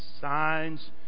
Signs